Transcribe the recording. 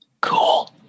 Cool